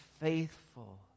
faithful